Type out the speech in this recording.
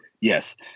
Yes